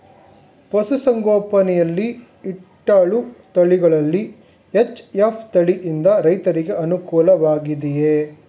ಪಶು ಸಂಗೋಪನೆ ಯಲ್ಲಿ ಇಟ್ಟಳು ತಳಿಗಳಲ್ಲಿ ಎಚ್.ಎಫ್ ತಳಿ ಯಿಂದ ರೈತರಿಗೆ ಅನುಕೂಲ ವಾಗಿದೆಯೇ?